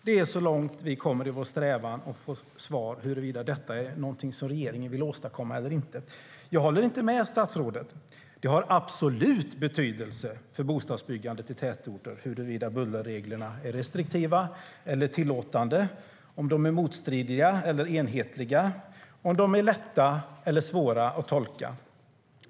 Det är så långt vi kommer i vår strävan att få svar på huruvida detta är någonting som regeringen vill åstadkomma eller inte. Jag håller inte med statsrådet. Det har absolut betydelse för bostadsbyggandet i tätorter huruvida bullerreglerna är restriktiva eller tillåtande, om de är motstridiga eller enhetliga och om de är lätta eller svåra att tolka.